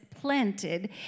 planted